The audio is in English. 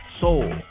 soul